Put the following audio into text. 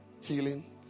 healing